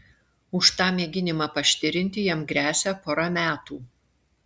už tą mėginimą paštirinti jam gresia pora metų